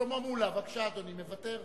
שלמה מולה, בבקשה, אדוני, מוותר?